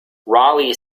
raleigh